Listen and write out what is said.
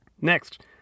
Next